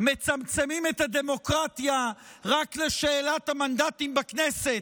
מצמצמים את הדמוקרטיה רק לשאלת המנדטים בכנסת,